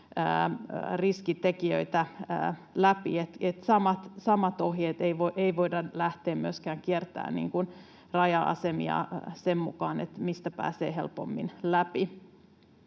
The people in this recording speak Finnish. riskitekijöitä läpi — eli samat ohjeet. Ei voida lähteä myöskään kiertämään raja-asemia sen mukaan, mistä pääsee helpommin läpi.